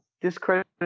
discredit